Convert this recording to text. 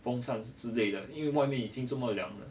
风扇之类的因为外面已经这么凉了